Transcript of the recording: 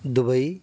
Dubai